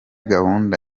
gahunda